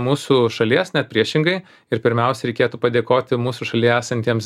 mūsų šalies net priešingai ir pirmiausia reikėtų padėkoti mūsų šalyje esantiems